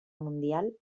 mundial